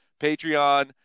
Patreon